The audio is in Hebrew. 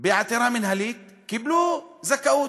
בעתירה מינהלית, קיבלו זכאות.